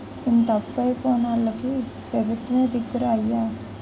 ఇంత అప్పయి పోనోల్లకి పెబుత్వమే దిక్కురా అయ్యా